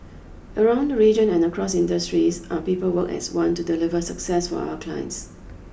around the region and across industries our people work as one to deliver success for our clients